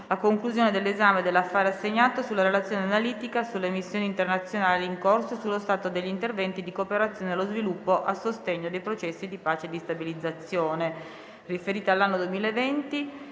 a conclusione dell'esame dell'affare assegnato sulla Relazione analitica sulle missioni internazionali in corso e sullo stato degli interventi di cooperazione allo sviluppo a sostegno dei processi di pace e di stabilizzazione,